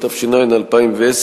התש"ע 2010,